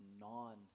non